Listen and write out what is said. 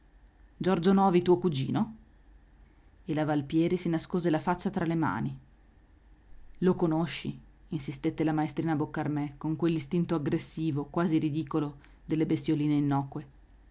giorgio novi tuo cugino e la valpieri si nascose la faccia tra le mani lo conosci insistette la maestrina boccarmè con quell'istinto aggressivo quasi ridicolo delle bestioline innocue